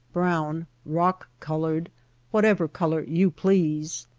brown, rock-colored, whatever color you please.